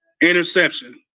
interception